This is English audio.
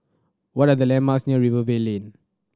what are the landmarks near Rivervale Lane